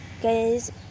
guys